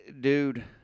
dude